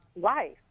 life